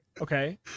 Okay